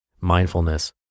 mindfulness